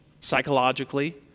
psychologically